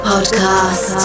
podcast